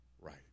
right